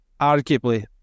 arguably